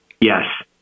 Yes